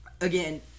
again